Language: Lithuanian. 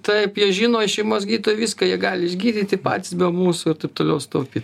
taip jie žino šeimos gydytojai viską jie gali išgydyti patys be mūsų ir taip toliau sutaupyt